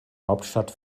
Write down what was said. hauptstadt